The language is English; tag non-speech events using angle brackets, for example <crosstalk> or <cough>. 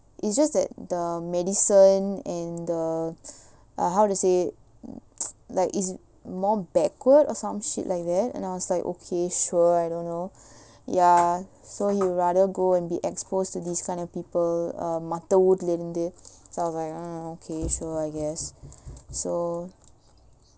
it's just that the medicine and the err how to say <noise> like is more backward or some shit like that and I was like okay sure I don't know ya so he would rather go and be exposed to these kind of people மத்த வூட்ல இருந்து:maththa vutla irunthu so I was like ah okay so I guess so